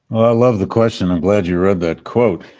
i love the question. i'm glad you read that quote.